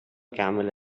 camel